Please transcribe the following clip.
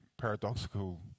paradoxical